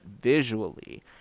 visually